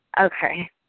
Okay